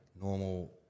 normal